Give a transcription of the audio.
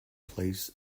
place